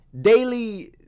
Daily